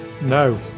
No